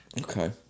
Okay